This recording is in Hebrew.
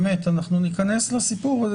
אנחנו ניכנס לסיפור הזה,